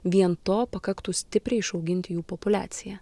vien to pakaktų stipriai išauginti jų populiaciją